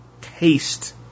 taste